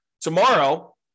tomorrow